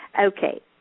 Okay